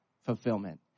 fulfillment